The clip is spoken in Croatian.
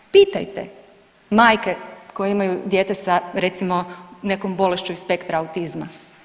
Pitajte majke koje imaju dijete sa recimo nekom bolešću iz spektra autizma.